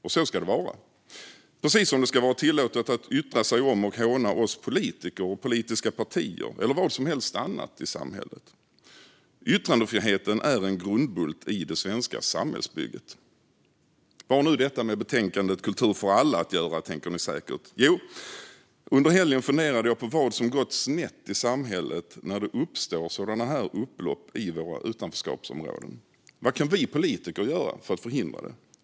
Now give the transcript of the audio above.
Och så ska det vara, precis som det ska vara tillåtet att yttra sig om och håna oss politiker och politiska partier eller vad som helst annat i samhället. Yttrandefriheten är en grundbult i det svenska samhällsbygget. Vad har nu detta med betänkandet Kultur för alla att göra, tänker ni säkert. Jo, under helgen funderade jag på vad som gått snett i samhället när det uppstår sådana här upplopp i våra utanförskapsområden. Vad kan vi politiker göra för att förhindra det?